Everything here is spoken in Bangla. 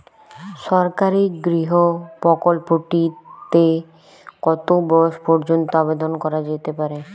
সরকারি গৃহ প্রকল্পটি তে কত বয়স পর্যন্ত আবেদন করা যেতে পারে?